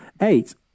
Eight